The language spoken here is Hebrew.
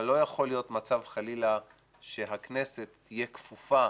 אבל לא יכול להיות מצב חלילה שהכנסת תהיה כפופה